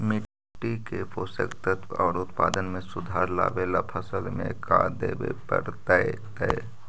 मिट्टी के पोषक तत्त्व और उत्पादन में सुधार लावे ला फसल में का देबे पड़तै तै?